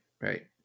right